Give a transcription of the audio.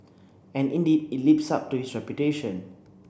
and indeed it lives up to its reputation